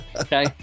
okay